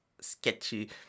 sketchy